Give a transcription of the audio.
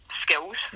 skills